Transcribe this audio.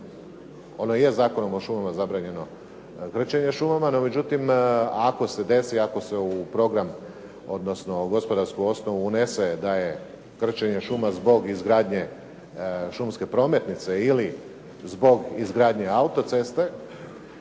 ono je Zakonom o šumama zabranjeno krčenje šumama, no međutim ako se desi, ako se u program odnosno u gospodarsku osnovu unese da je krčenje šuma zbog izgradnje šumske prometnice ili zbog izgradnje autoceste